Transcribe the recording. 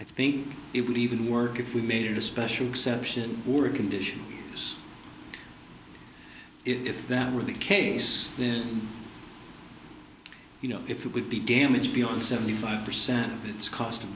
i think it would even work if we made a special exception or condition if that were the case then you know if it would be damaged beyond seventy five percent of its cost of